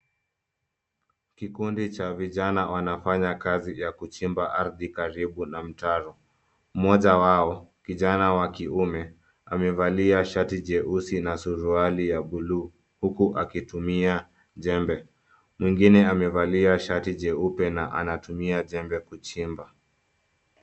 Kikundi cha vijana wanafanya kazi ya kuchimba ardhi karibu na mtaro. Mmoja wao, kijana wa kiume, amevalia shati jeusi na suruali ya blue huku akitumia jembe. Mwingine amevalia shati jeupe na anatumia jembe kuchimba.